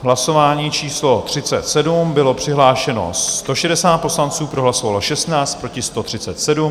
V hlasování číslo 37 bylo přihlášeno 160 poslanců, pro hlasovalo 16, proti 137.